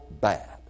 bad